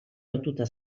lotuta